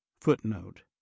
footnote